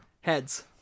heads